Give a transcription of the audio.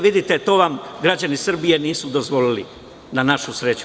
Vidite, to vam građani Srbije nisu dozvolili, na našu sreću.